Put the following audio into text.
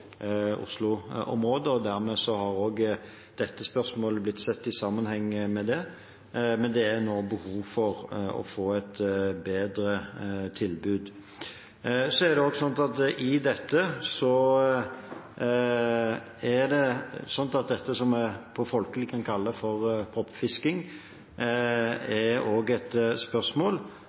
og dermed har også dette spørsmålet blitt sett i sammenheng med det. Men det er nå behov for å få et bedre tilbud. I dette er det som en folkelig kan kalle proppfisking, også et spørsmål, og det vil nå avklares i prosessen hvordan også dette kan utføres på Ullevål i tilknytning til slagmottaket for